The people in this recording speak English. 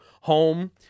home